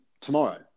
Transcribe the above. tomorrow